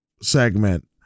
segment